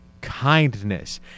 kindness